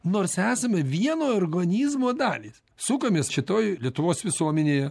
nors esame vieno organizmo dalys sukamės šitoj lietuvos visuomenėje